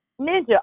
Ninja